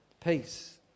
peace